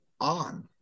on